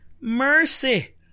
mercy